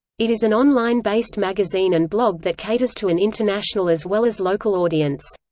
it is an online-based magazine and blog that caters to an international as well as local audience.